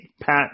Pat